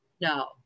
No